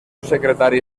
secretari